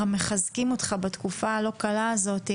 ומחזקים אותך בתקופה הלא קלה הזו.